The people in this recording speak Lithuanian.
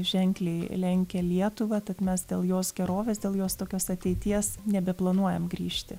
ženkliai lenkia lietuvą tad mes dėl jos gerovės dėl jos tokios ateities nebeplanuojam grįžti